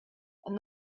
and